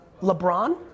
LeBron